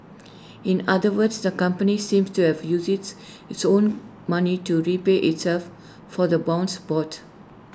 in other words the company seemed to have used its its own money to repay itself for the bonds bought